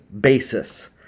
basis